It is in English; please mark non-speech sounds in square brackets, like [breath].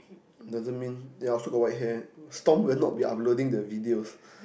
doesn't mean yeah I also got white hair Storm will not be uploading the video [breath]